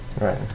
right